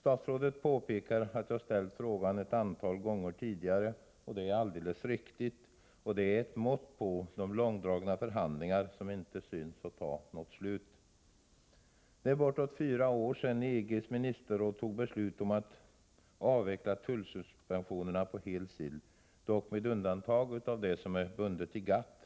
Statsrådet påpekar att jag ställt frågan ett antal gånger tidigare. Det är alldeles riktigt, och det är ett mått på hur långdragna förhandlingarna är; de synes inte ha något slut. Det är bortåt fyra år sedan EG:s ministerråd tog beslut om att avveckla tullsuspensionerna på hel sill, dock med undantag av det som är bundet i GATT.